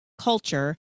culture